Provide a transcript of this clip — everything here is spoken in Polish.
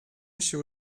się